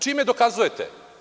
Čime dokazujete?